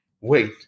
wait